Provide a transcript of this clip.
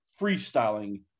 freestyling